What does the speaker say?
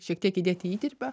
šiek tiek įdėti įdirbio